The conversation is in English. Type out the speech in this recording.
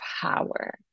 power